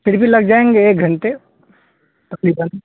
پھر بھی لگ جائیں گے ایک گھنٹے تقریباً